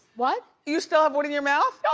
what? you still have one in your mouth?